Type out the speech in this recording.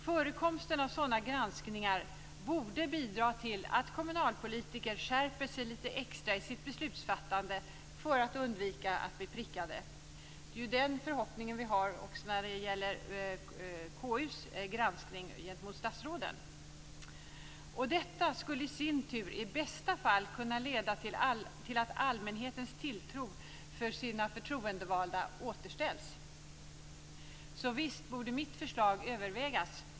Förekomsten av sådana granskningar borde bidra till att kommunalpolitiker skärper sig lite extra i sitt beslutsfattande för att undvika att bli prickade. Det är den förhoppning vi också har när det gäller KU:s granskning gentemot statsråden. Och detta skulle i sin tur i bästa fall kunna leda till att allmänhetens tilltro till sina förtroendevalda återställs. Så visst borde mitt förslag övervägas.